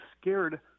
scared